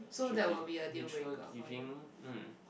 should be mutual giving um